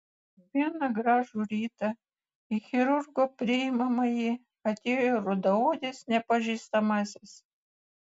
vieną gražų rytą į chirurgo priimamąjį atėjo rudaodis nepažįstamasis